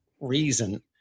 reason